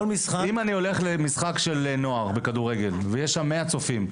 נניח ואני הולך למשחק כדורגל בנוער ויש שם מאה צופים,